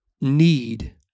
need